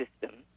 system